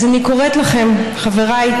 אז אני קוראת לכם: חבריי,